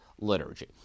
liturgy